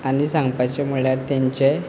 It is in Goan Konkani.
आनी सांगपाचें म्हणल्यार तेंचे